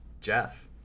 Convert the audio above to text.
Jeff